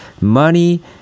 money